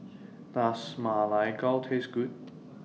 Does Ma Lai Gao Taste Good